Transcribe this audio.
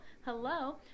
hello